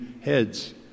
heads